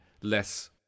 less